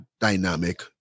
dynamic